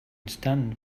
stand